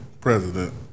president